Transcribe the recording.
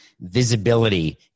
visibility